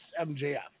MJF